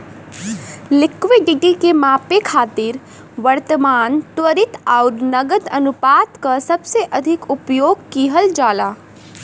liquidity के मापे खातिर वर्तमान, त्वरित आउर नकद अनुपात क सबसे अधिक उपयोग किहल जाला